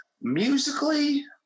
musically